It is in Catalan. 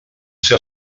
ser